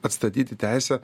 atstatyti teisę